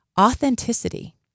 authenticity